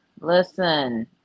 Listen